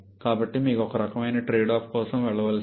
కాబట్టి మీకు ఒక రకమైన ట్రేడ్ ఆఫ్ కోసం వెళ్ళవలసి ఉంటుంది